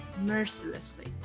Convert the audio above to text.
mercilessly